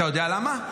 אתה יודע למה?